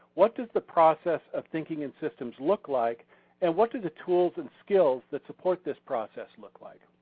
what does the process of thinking in systems look like and what do the tools and skills that support this process look like?